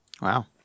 Wow